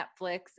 Netflix